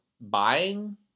buying